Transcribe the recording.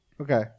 okay